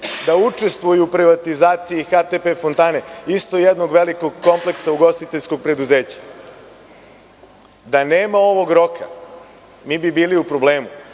da učestvuje u privatizaciji HTP „Fontane“, isto jednog velikog kompleksa ugostiteljskog preduzeća. Da nema ovog roka, mi bi bili u problemu.